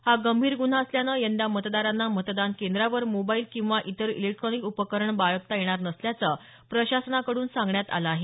हा गंभीर गुन्हा असल्याने यंदा मतदारांना मतदान केंद्रावर मोबाईल किंवा इतर ईलेक्ट्रॉनिक उपकरण बाळगता येणार नसल्याचं प्रशासनाकडून सांगण्यात आलं आहे